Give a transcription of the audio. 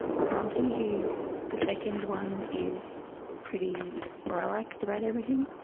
bronte, who is the second one, is pretty relaxed about everything.